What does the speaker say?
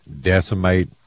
decimate